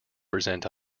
present